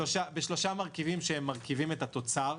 -- בשלושה מרכיבים שהם אלו שמרכיבים את התוצר.